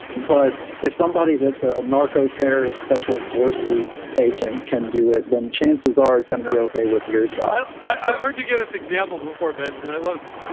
but if somebody that's a narcoterrorist special forces agent can do it, then chances are it's gonna be okay with your job. i've heard you give this example before, benjamin. i love this